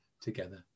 together